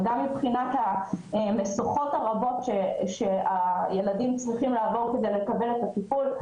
וגם מבחינת המשוכות הרבות שהילדים צריכים לעבור כדי לקבל את הטיפול,